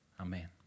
Amen